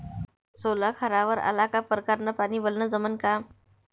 सोला खारावर आला का परकारं न पानी वलनं जमन का?